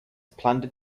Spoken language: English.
plundered